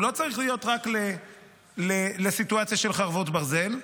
הוא לא צריך להיות רק לסיטואציה של חרבות ברזל,